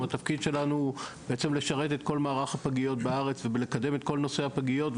שהתפקיד שלנו הוא לשרת את כל מערך הפגיות בארץ ולקדם את כל נושא הפגיות,